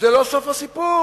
זה לא סוף הסיפור.